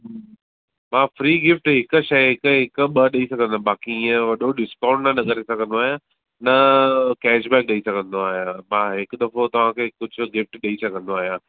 मां free gift हिकु शइ हिकु हिकु ॿ ॾेई सघंदुमि बाक़ी इएं वॾो डिस्काऊंट न करे सघंदो आहियां न कैश बैक करे सघंदो आहियां मां हिकु दफ़ो तव्हां खे कुझु गिफ्ट ॾेई सघंदो आहियां